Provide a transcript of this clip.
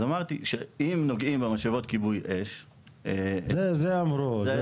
אמרתי שאם נוגעים במשאבות כיבוי האש -- את זה אמרו.